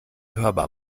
hörbar